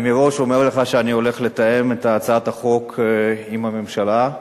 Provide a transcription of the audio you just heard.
אני מראש אומר לך שאני הולך לתאם את הצעת החוק עם הממשלה,